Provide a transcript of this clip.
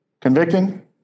Convicting